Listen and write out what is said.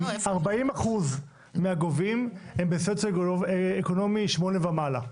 40% מהגובים הם בסוציו-אקונומי 8 ומעלה.